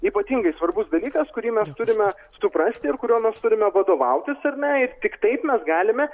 ypatingai svarbus dalykas kurį mes turime suprasti ir kuriuo mes turime vadovautis ar ne tik taip mes galime